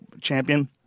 champion